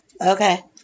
Okay